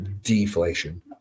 deflation